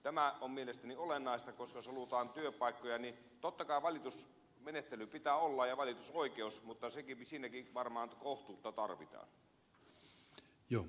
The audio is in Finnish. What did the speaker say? tämä on mielestäni olennaista koska jos halutaan työpaikkoja niin vaikka totta kai valitusmenettely pitää olla ja valitusoikeus niin siinäkin varmaan kohtuutta tarvitaan